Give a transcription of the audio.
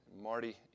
Marty